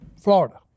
Florida